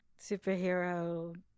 Superhero